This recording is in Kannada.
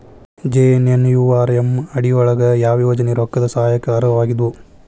ಜೆ.ಎನ್.ಎನ್.ಯು.ಆರ್.ಎಂ ಅಡಿ ಯೊಳಗ ಯಾವ ಯೋಜನೆ ರೊಕ್ಕದ್ ಸಹಾಯಕ್ಕ ಅರ್ಹವಾಗಿದ್ವು?